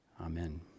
Amen